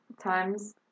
times